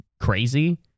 crazy